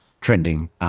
trending